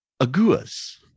Aguas